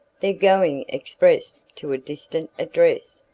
they're going express to a distant address,